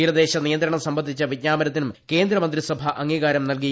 തീരദേശ നിയന്ത്രണം സംബന്ധിച്ച വിജ്ഞാപനത്തിനും കേന്ദ്രമന്ത്രിസഭ അംഗീകാരം നൽകി